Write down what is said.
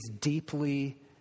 deeply